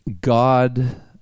God